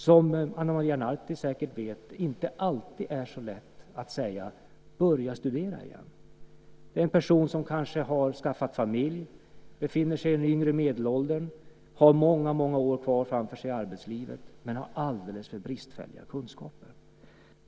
Som Ana Maria Narti säkert vet är det inte alltid så lätt för en person att börja studera igen, när man kanske har skaffat familj, befinner sig i yngre medelåldern och har många år kvar framför sig i arbetslivet men har alldeles för bristfälliga kunskaper.